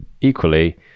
equally